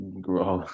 grow